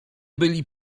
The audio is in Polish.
byli